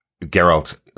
Geralt